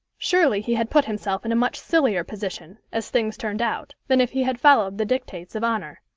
surely he had put himself in a much sillier position, as things turned out, than if he had followed the dictates of honour.